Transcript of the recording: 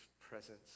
presence